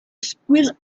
squeezed